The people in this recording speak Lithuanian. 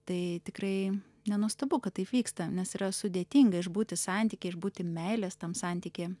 tai tikrai nenuostabu kad taip vyksta nes yra sudėtinga išbūti santykyje išbūti meilės tam santykyje